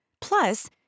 Plus